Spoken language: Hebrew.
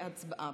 הצבעה,